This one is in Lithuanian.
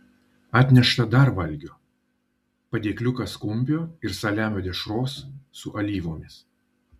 atnešta dar valgio padėkliukas kumpio ir saliamio dešros su alyvomis